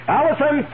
Allison